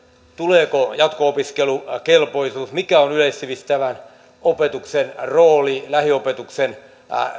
tuleeko jatko opiskelukelpoisuus ja mikä on yleissivistävän opetuksen rooli lähiopetuksen